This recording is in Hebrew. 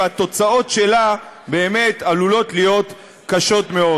והתוצאות שלה באמת עלולות להיות קשות מאוד.